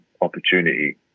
opportunity